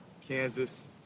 Kansas